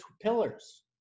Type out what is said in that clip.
pillars